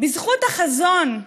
בזכות החזון,